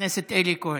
חבר הכנסת אלי כהן.